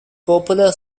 popular